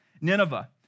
Nineveh